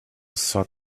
thud